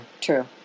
true